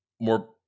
more